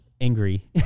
angry